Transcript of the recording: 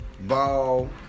Ball